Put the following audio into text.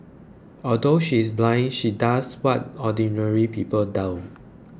although she is blind she does what ordinary people don't